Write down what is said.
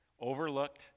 Overlooked